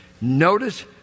Notice